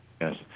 Yes